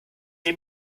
dem